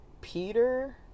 Peter